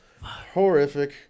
Horrific